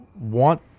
want